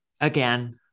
again